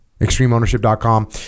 Extremeownership.com